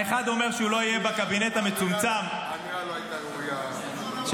האחד אומר שהוא לא יהיה בקבינט המצומצם --- קריאה שנייה כנוסח הוועדה.